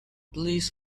please